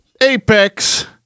apex